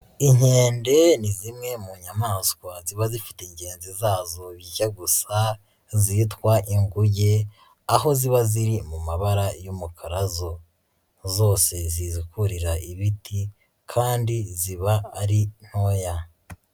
Inkende ni zimwe mu nyamaswa ziba zifite ngenzi zazo bijya gusa zitwa inguge, aho ziba ziri mu mabara y'umukara zo, zose zizi kurira ibiti kandi ziba ari ntoya.